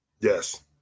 Yes